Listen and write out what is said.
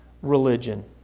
religion